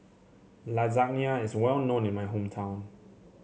lasagna is well known in my hometown